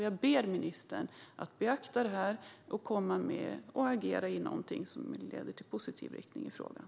Jag ber ministern att beakta detta och agera så att det blir en positiv riktning i frågan.